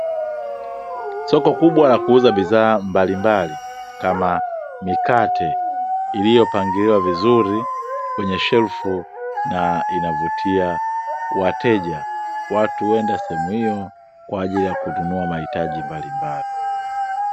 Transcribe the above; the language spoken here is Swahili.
Soko kubw la kuuza bidhaa mbalimbali kama mikate iliyopangiliwa vizuri kwenye shefu na inavutia wateja, watu huenda sehemu hiyo kwa ajili ya kununua mahitaji mbalimbali.